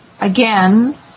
again